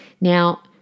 Now